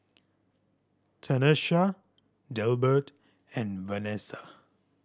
Tanesha Delbert and Vanessa